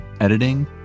Editing